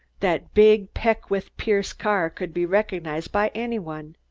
that big peckwith-pierce car could be recognized by any one.